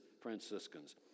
Franciscans